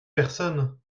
personne